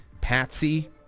Patsy